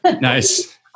Nice